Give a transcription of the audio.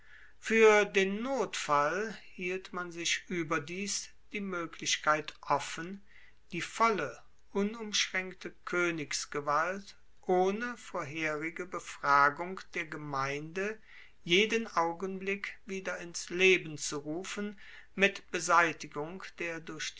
fuer den notfall hielt man sich ueberdies die moeglichkeit offen die volle unumschraenkte koenigsgewalt ohne vorherige befragung der gemeinde jeden augenblick wieder ins leben zu rufen mit beseitigung der durch